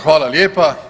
Hvala lijepa.